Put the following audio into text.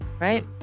right